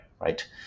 right